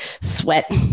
sweat